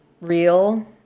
real